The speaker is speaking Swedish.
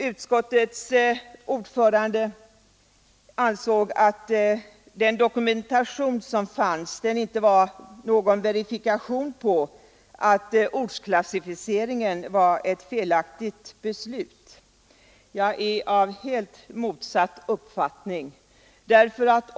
Utskottets ordförande ansåg att den dokumentation som finns inte var någon verifikation på att beslutet om ortsklassificeringen var felaktigt. Jag är av helt motsatt uppfattning.